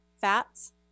fats